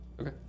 Okay